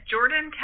Jordan